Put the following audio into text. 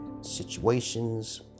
situations